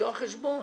לפתוח חשבון.